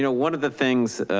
you know one of the things,